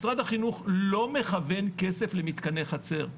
משרד החינוך לא מכוון כסף למתקני חצר,